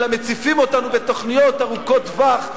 אלא מציפים אותנו בתוכניות ארוכות טווח,